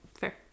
Fair